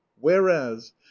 whereas